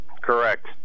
Correct